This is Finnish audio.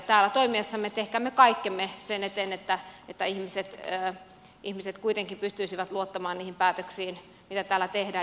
täällä toimiessamme tehkäämme kaikkemme sen eteen että ihmiset kuitenkin pystyisivät luottamaan niihin päätöksiin mitä täällä tehdään